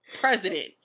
president